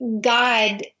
God